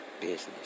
business